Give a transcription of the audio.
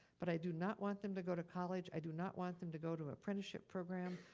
but i do not want them to go to college, i do not want them to go to apprenticeship program.